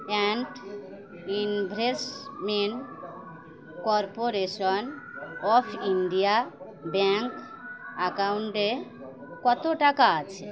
and investment corporation of India bank অ্যাকাউন্টে কত টাকা আছে